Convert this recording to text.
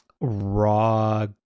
raw